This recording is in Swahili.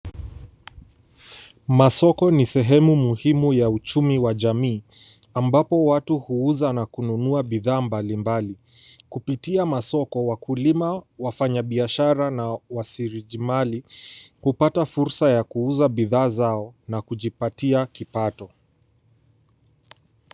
Masomo ni sehemu muhimu ya uchumi wa jamii ambapo watu huuza na kununua bidhaa mbalimbali. Kupitia masoko, wakulima, wafanyabiashara na wasiriji mali hupata fursa ya kuuza bidhaa zao na kujipatia kipato.